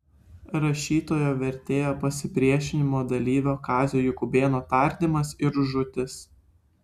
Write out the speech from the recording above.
rašytojo vertėjo pasipriešinimo dalyvio kazio jakubėno tardymas ir žūtis